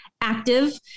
active